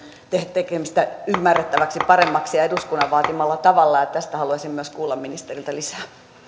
tekemistä ymmärrettäväksi paremmaksi ja eduskunnan vaatimalla tavalla tästä haluaisin myös kuulla ministeriltä lisää